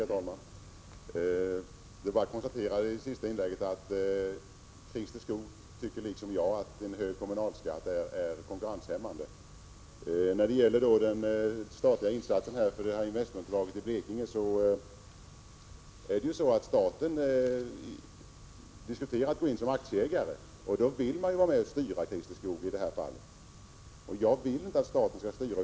Herr talman! Det är bara att konstatera att Christer Skoog liksom jag tycker att en hög kommunalskatt är konkurrenshämmande. När det gäller den statliga insatsen i investmentbolaget i Blekinge har det ju diskuterats att staten skulle gå in som aktieägare. Då vill man ju i det här fallet vara med och styra, Christer Skoog. Jag vill inte att staten skall styra.